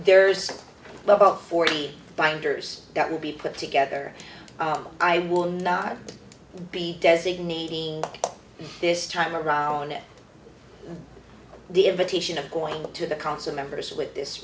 there's about forty binders that will be put together i will not be designating this time around at the invitation of going to the council members with this